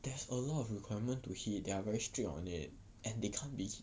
there's a lot of requirement to hit they are very strict on it and they can't be